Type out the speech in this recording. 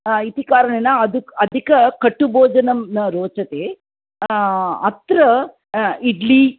इति कारणेन अद् अधिककटुभोजनं न रोचते अत्र इड्ली